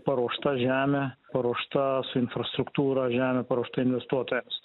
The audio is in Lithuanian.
paruošta žemė paruošta infrastruktūra žemė paruošta investuotojams